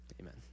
Amen